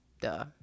duh